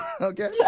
Okay